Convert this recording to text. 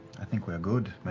i think we're good,